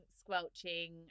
squelching